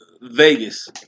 Vegas